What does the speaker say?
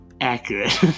Accurate